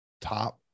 top